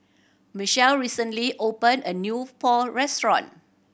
Michale recently opened a new Pho restaurant